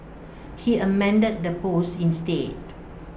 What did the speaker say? he amended the post instead